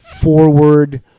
forward